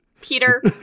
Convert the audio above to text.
Peter